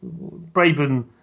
Braben